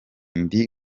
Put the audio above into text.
ndi